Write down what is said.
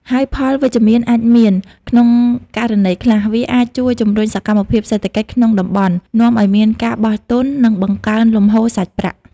ហើយផលវិជ្ជមានអាចមាន ក្នុងករណីខ្លះ វាអាចជួយជំរុញសកម្មភាពសេដ្ឋកិច្ចក្នុងតំបន់ នាំឲ្យមានការបោះទុន និងបង្កើនលំហូរសាច់ប្រាក់។